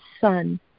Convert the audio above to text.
son